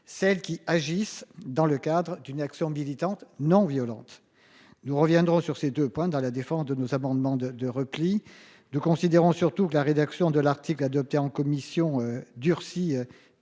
celles qui agissent dans le cadre d'une action militante non violente. Nous reviendrons sur ces 2 points dans la défense de nos amendements de de repli de considérant surtout que la rédaction de l'article adopté en commission durcit.